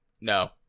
No